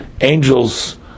angels